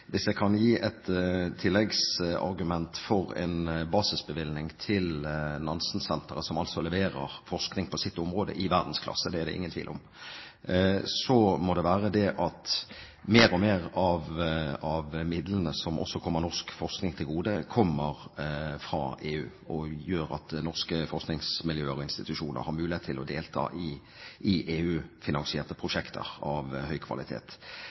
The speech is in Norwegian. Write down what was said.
Hvis jeg kan gi et tilleggsargument for en basisbevilgning til Nansensenteret – som altså leverer forskning på sitt område i verdensklasse, det er det ingen tvil om – må det være det at mer og mer av midlene som også kommer norsk forskning til gode, kommer fra EU og gjør at norske forskningsmiljøer og -institusjoner har mulighet til å delta i EU-finansierte prosjekter av høy kvalitet.